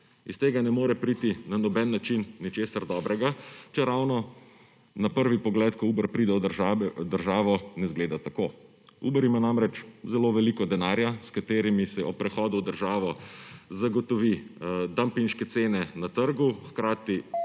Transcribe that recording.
Iz tega ne more priti na noben način ničesar dobrega, čeravno na prvi pogled, ko Uber pride v državo, ne zgleda tako. Uber ima namreč zelo veliko denarja, s katerim se ob prihodu v državo zagotovi dumpinške cene na trgu, hkrati